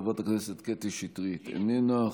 חברת הכנסת קטי שטרית איננה,